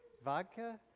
vodka?